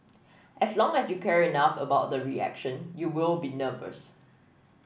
as long as you care enough about the reaction you will be nervous